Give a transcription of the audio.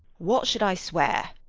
what should i swear?